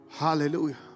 Hallelujah